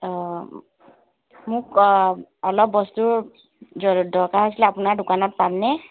অঁ মোক অলপ বস্তুৰ দৰকাৰ হৈছিলে আপোনাৰ দোকানত পামনে